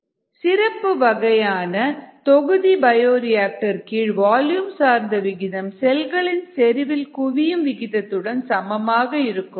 rxV rg Vdxdt rxdxdt சிறப்பு வகையான தொகுதி பயோரியாக்டர் கீழ் வால்யூம் சார்ந்த விகிதம் செல்களின் செறிவின் குவியும் விகிதத்துடன் சமமாக இருக்கும்